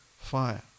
fire